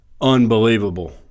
Unbelievable